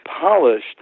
polished